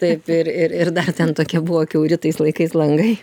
taip ir ir ir ten tokie buvo kiauri tais laikais langai